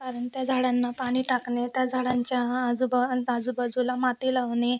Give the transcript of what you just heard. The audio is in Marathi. कारण त्या झाडांना पाणी टाकणे त्या झाडांच्या आजूबा आजूबाजूला माती लावणे